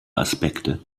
aspekte